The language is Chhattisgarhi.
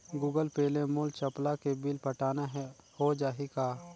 गूगल पे ले मोल चपला के बिल पटाना हे, हो जाही का?